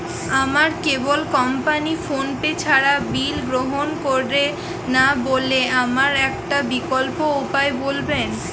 আমার কেবল কোম্পানী ফোনপে ছাড়া বিল গ্রহণ করে না বলে আমার একটা বিকল্প উপায় বলবেন?